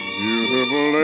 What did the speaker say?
beautiful